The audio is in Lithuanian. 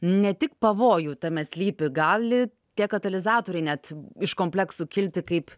ne tik pavojų tame slypi gali tie katalizatoriai net iš kompleksų kilti kaip